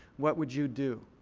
what would you do?